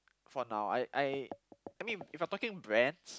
for now I I I mean if I am talking brands